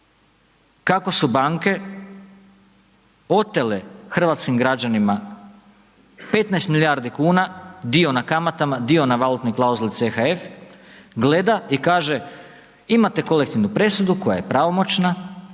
kako su banke otele hrvatskim građanima 15 milijardi kuna, dio na kamatama, dio na valutnoj klauzuli CHF, gleda i kaže imate kolektivnu presudu koja je pravomoćna,